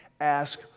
ask